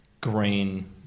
green